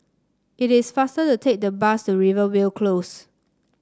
it is faster to take the bus to Rivervale Close